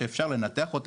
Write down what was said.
שאפשר לנתח אותה,